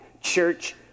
Church